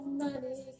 money